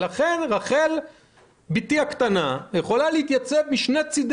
לכן רחל בתי הקטנה יכולה להתייצב בשני צדי